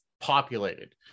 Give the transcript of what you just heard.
populated